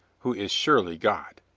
who is surely god.